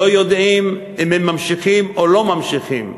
לא יודעים אם הם ממשיכים או לא ממשיכים.